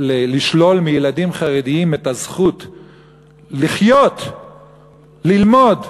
לשלול מילדים חרדים את הזכות לחיות, ללמוד,